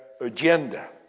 agenda